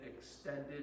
extended